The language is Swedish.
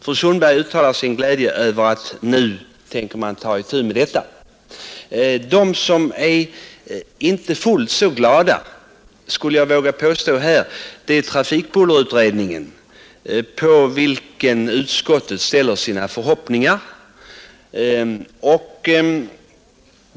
Fru Sundberg uttalar sin glädje över att man nu tänker ta itu med detta. De som inte är fullt så glada, skulle jag vilja påstå, är ledamöterna i trafikbullerutredningen, på vilka utskottet ställer förhoppningar.